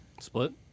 split